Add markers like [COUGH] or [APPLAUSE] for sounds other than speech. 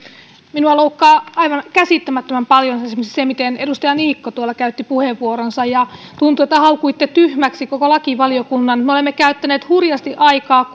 minua loukkaa aivan käsittämättömän paljon esimerkiksi se miten edustaja niikko tuolla käytti puheenvuoronsa tuntui että haukuitte tyhmäksi koko lakivaliokunnan me olemme käyttäneet hurjasti aikaa [UNINTELLIGIBLE]